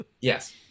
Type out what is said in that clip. Yes